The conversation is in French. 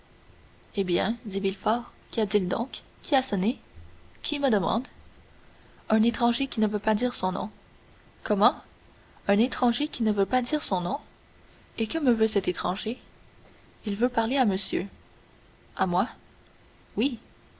eh bien dit villefort qu'y a-t-il donc qui a sonné qui me demande un étranger qui ne veut pas dire son nom comment un étranger qui ne veut pas dire son nom et que me veut cet étranger il veut parler à monsieur à moi oui